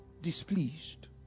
displeased